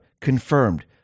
confirmed